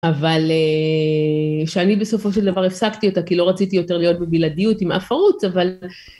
אבל שאני בסופו של דבר הפסקתי אותה, כי לא רציתי יותר להיות בבלעדיות עם אף ערוץ, אבל...